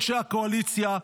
אנשי הקואליציה,